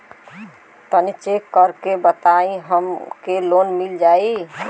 तनि चेक कर के बताई हम के लोन मिल जाई?